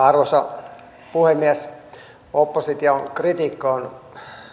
arvoisa puhemies opposition kritiikki on